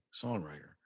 songwriter